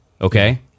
Okay